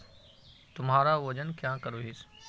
तुमरा वजन चाँ करोहिस?